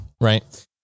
Right